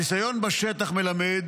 הניסיון בשטח מלמד